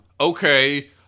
okay